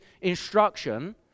instruction